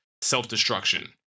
self-destruction